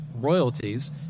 royalties